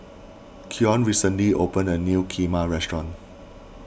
Keon recently opened a new Kheema restaurant